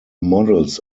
models